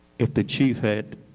if the chief had